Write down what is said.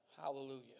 Hallelujah